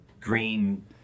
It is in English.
green